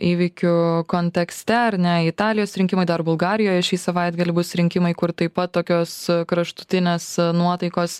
įvykių kontekste ar ne italijos rinkimai dar bulgarijoje šį savaitgalį bus rinkimai kur taip pat tokios kraštutinės nuotaikos